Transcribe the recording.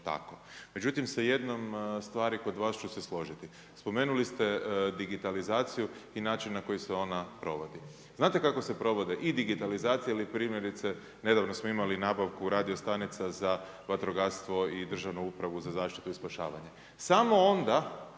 tako. Međutim, sa jednom stvari kod vas ću se složiti. Spomenuli ste digitalizaciju i način na koji se ona provodi. Znate kako se provode i digitalizacija ili primjerice, nedavno smo imali nabavku radiostanica za vatrogastvo i Državnu upravu za zaštitu i spašavanje. Samo onda